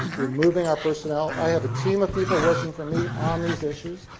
removing our personnel. i have a team of people working for me on these issues.